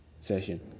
session